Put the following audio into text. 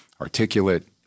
articulate